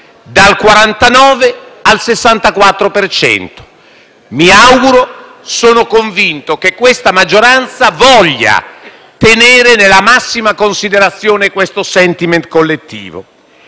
dal 49 al 64 per cento. Mi auguro - sono convinto - che questa maggioranza voglia tenere nella massima considerazione questo *sentiment* collettivo.